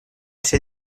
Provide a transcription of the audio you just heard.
ser